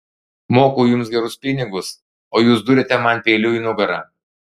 moku jums gerus pinigus o jūs duriate man peiliu į nugarą